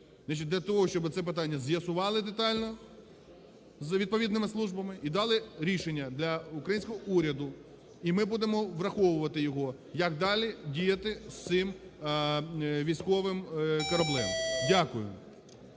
для того, щоб це питання з'ясували детально з відповідними службами і дали рішення для українського уряду, і ми будемо враховувати його як далі діяти з цим військовим кораблем. Дякую.